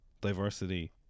diversity